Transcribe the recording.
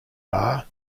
bar